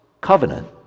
covenant